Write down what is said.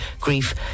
grief